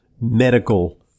medical